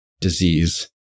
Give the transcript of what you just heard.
disease